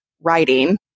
writing